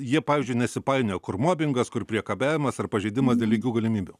jie pavyzdžiui nesipainioja kur mobingas kur priekabiavimas ar pažeidimas dėl lygių galimybių